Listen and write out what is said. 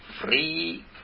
free